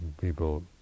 people